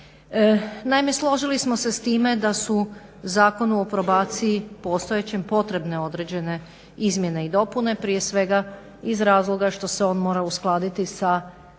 Naime, složili smo se s time da su postojećem Zakonu o probaciji potrebne određene izmjene i dopune, prije svega iz razloga što se on mora uskladiti sa u